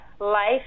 Life